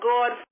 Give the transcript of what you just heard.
God